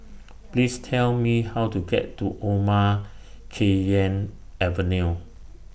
Please Tell Me How to get to Omar Khayyam Avenue